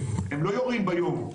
הם לא יורים ביום,